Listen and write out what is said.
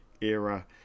era